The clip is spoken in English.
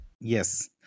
Yes